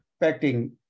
affecting